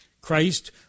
Christ